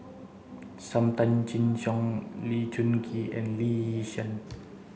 Sam Tan Chin Siong Lee Choon Kee and Lee Yi Shyan